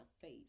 face